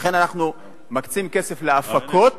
לכן אנחנו מקצים כסף להפקות